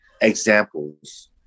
examples